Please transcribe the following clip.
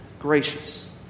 gracious